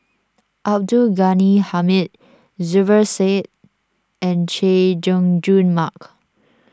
Abdul Ghani Hamid Zubir Said and Chay Jung Jun Mark